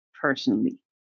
personally